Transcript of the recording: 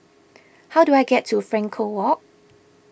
how do I get to Frankel Walk